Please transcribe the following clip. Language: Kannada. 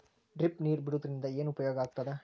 ಡ್ರಿಪ್ ನೇರ್ ಬಿಡುವುದರಿಂದ ಏನು ಉಪಯೋಗ ಆಗ್ತದ?